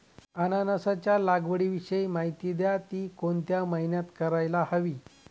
अननसाच्या लागवडीविषयी माहिती द्या, ति कोणत्या महिन्यात करायला हवी?